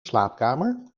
slaapkamer